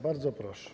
Bardzo proszę.